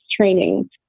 training